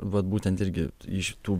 vat būtent irgi iš tų